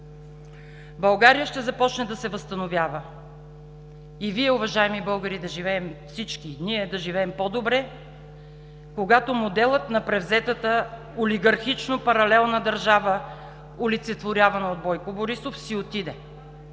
България ще започне да се възстановява и Вие, уважаеми българи, и всички ние да живеем по-добре, когато моделът на превзетата олигархично паралелна държава, олицетворявана от Бойко Борисов, си отиде.